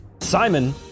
Simon